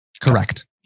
Correct